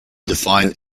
define